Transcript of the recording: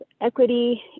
equity